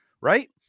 Right